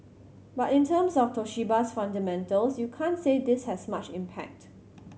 but in terms of Toshiba's fundamentals you can't say this has much impact